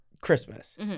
Christmas